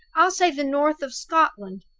i'll say the north of scotland,